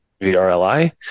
VRLI